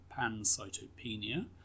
pancytopenia